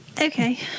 Okay